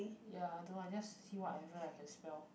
ya I don't know I just see whatever I can spell